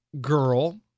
girl